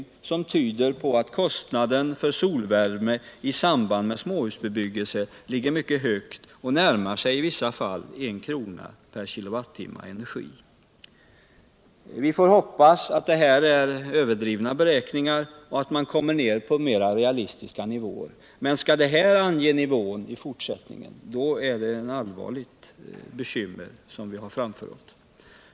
Rapporterna tyder på att kostnaden för solvärme i samband med småhusbebyggelse ligger mycket högt och i vissa fall närmar sig en krona per kilowattimme. Vi får hoppas att detta är överdrivna beräkningar och att man skall kunna komma ner till mera realistiska nivåer, men skall de exemplen ange nivån i fortsättningen är det eu allvarligt bekymmer som vi har framför oss.